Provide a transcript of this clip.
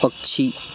पक्षी